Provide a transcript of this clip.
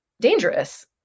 dangerous